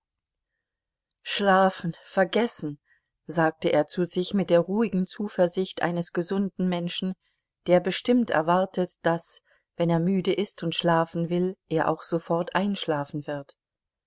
schlafen vergessen sagte er zu sich mit der ruhigen zuversicht eines gesunden menschen der bestimmt erwartet daß wenn er müde ist und schlafen will er auch sofort einschlafen wird